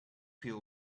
peel